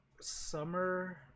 Summer